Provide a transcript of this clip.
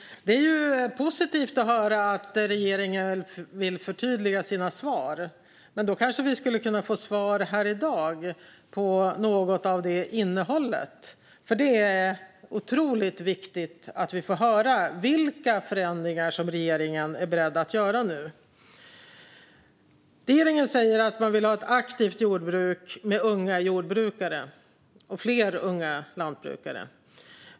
Fru talman! Det är positivt att höra att regeringen vill förtydliga sina svar. Då kanske vi skulle kunna få svar här i dag om något av innehållet, för det är otroligt viktigt att vi får höra vilka förändringar som regeringen är beredd att göra nu. Regeringen säger att man vill ha ett aktivt jordbruk med fler unga lantbrukare.